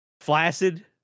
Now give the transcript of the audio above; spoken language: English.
flaccid